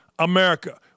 america